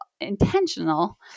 intentional